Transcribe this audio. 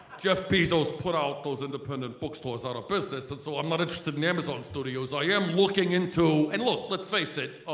jeff bezos put out those independent bookstores out of business and so i'm not interested in amazon studios. ah yeah i'm looking into, and look let's face it,